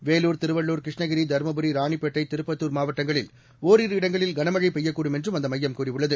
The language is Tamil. வேலூர் திருவள்ளூர் கிருஷ்ணகிரி தருமபுரி ராணிப்பேட்டை திருப்பத்தூர் மாவட்டங்களில் ஒரிரு இடங்களில் கனமழை பெய்யக்கூடும் என்றும் அந்த மையம் கூறியுள்ளது